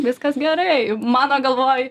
viskas gerai mano galvoj